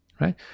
right